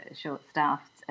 short-staffed